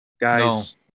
guys